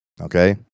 Okay